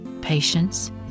patience